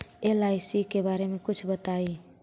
LIC के बारे मे कुछ बताई?